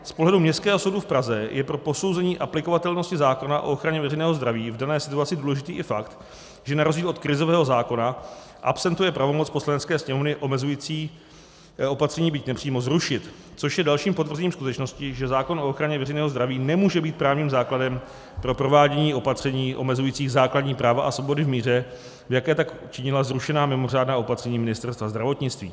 Z pohledu Městského soudu v Praze je pro posouzení aplikovatelnosti zákona o ochraně veřejného zdraví v dané situaci důležitý i fakt, že na rozdíl od krizového zákona absentuje pravomoc Poslanecké sněmovny omezující opatření, byť nepřímo, zrušit, což je dalším potvrzením skutečnosti, že zákon o ochraně veřejného zdraví nemůže být právním základem pro provádění opatření omezujících základní práva a svobody v míře, v jaké tak učinila zrušená mimořádná opatření Ministerstva zdravotnictví.